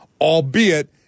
albeit